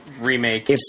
remake